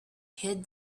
hid